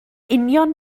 union